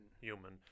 human